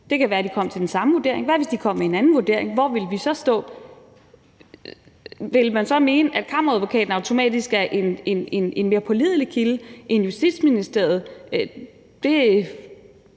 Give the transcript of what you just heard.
det kunne være, at de kom frem til den samme vurdering – men hvad, hvis de kom med en anden vurdering; hvor ville vi så stå? Ville man så mene, at Kammeradvokaten automatisk var en mere pålidelig kilde end Justitsministeriet? Det